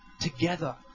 together